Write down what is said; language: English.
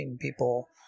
people